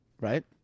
Right